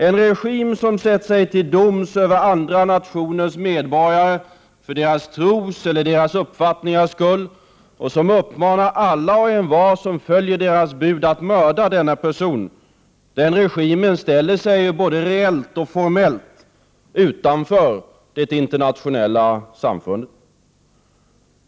En regim som sätter sig till doms över andra nationers medborgare för deras tros eller deras uppfattningars skull, och som uppmanar alla och envar som följer dess bud att mörda denne person, ställer sig både reellt och formellt utanför det internationella samfundet.